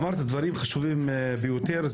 אמרת דברים חשובים ביותר.